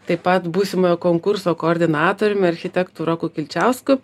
taip pat būsimojo konkurso koordinatoriumi architektu roku kilčiausku